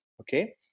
okay